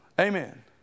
Amen